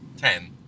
Ten